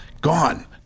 gone